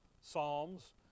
Psalms